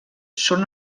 són